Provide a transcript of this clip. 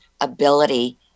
ability